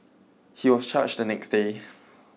he was charged the next day